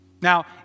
Now